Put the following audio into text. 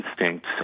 instincts